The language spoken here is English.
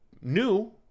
new